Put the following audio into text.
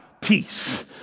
peace